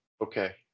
Okay